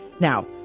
Now